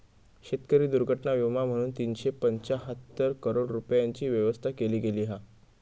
शेतकरी दुर्घटना विमा म्हणून तीनशे पंचाहत्तर करोड रूपयांची व्यवस्था केली गेली हा